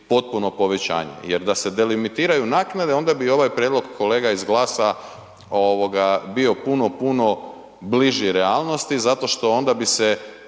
potpuno povećanje jer da se delimitiraju naknade onda bi ovaj prijedlog kolega iz GLAS-a ovoga bio puno, puno bliži realnosti zato što onda bi se